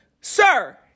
Sir